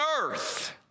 earth